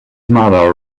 mother